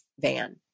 van